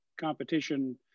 competition